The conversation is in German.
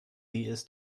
ist